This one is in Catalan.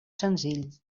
senzill